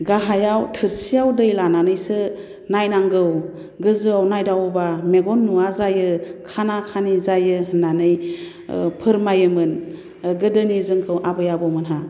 गाहायाव थोरसियाव दै लानानैसो नायनांगौ गोजौआव नायदावबा मेगन नुवा जायो खाना खानि जायो होननानै फोरमायोमोन गोदोनि जोंखौ आबै आबौमोनहा